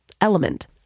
Element